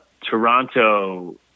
Toronto